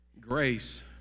grace